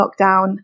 lockdown